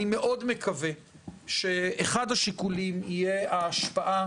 אני מאוד מקווה שאחד השיקולים יהיה ההשפעה